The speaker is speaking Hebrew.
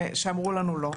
שאמרו לנו לא.